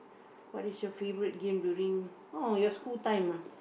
what is your favorite game during oh your school time ah